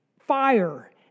Fire